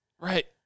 Right